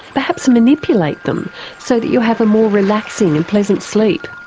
perhaps um manipulate them so that you have a more relaxing and pleasant sleep.